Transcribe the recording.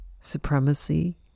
supremacy